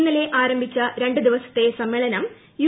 ഇന്നലെ ് ആർ ്ഭിച്ച രണ്ട് ദിവസത്തെ സമ്മേളനം യു